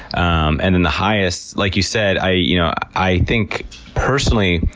um and then the highest, like you said, i you know i think, personally,